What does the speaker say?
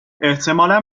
احتمالا